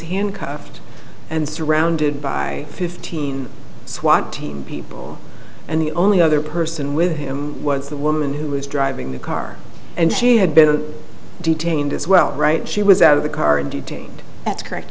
handcuffed and surrounded by fifteen swat team people and the only other person with him was the woman who was driving the car and she had been detained as well right she was out of the car and detained that's correct